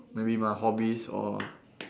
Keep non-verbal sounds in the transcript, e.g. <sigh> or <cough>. maybe my hobbies or <noise>